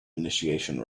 initiation